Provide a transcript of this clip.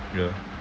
ya